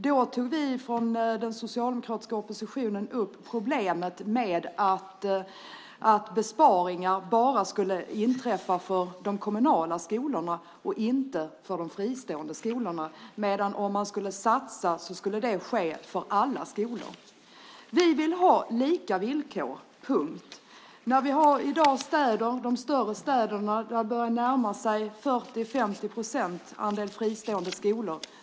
Då tog vi från den socialdemokratiska oppositionen upp problemet med att besparingar bara drabbar kommunala skolor och inte fristående skolor medan däremot satsningar gynnar alla skolor. Vi vill ha lika villkor för alla skolor. I de större städerna börjar andelen fristående skolor närma sig 40-50 procent.